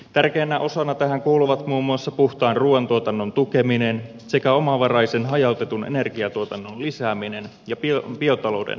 tärkeänä osana tähän kuuluvat muun muassa puhtaan ruuantuotannon tukeminen sekä omavaraisen hajautetun energiatuotannon lisääminen ja biotalouden kehittäminen